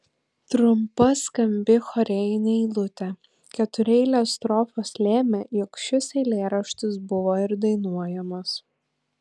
trumpa skambi chorėjinė eilutė ketureilės strofos lėmė jog šis eilėraštis buvo ir dainuojamas